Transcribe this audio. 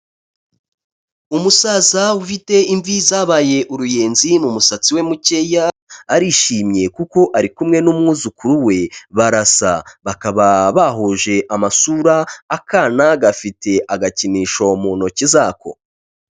Umusaza ufite imvi zabaye uruyenzi mu musatsi we mukeya arishimye, kuko ari kumwe n'umwuzukuru we barasa, bakaba bahuje amasura, akana gafite agakinisho mu ntoki zako.